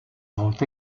vont